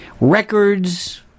records